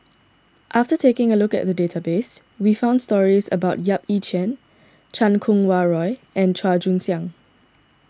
after taking a look at the database we found stories about Yap Ee Chian Chan Kum Wah Roy and Chua Joon Siang